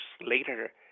later